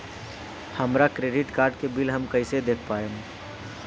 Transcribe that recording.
हमरा credit card के bill हम कइसे देख पाएम?